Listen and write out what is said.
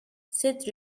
said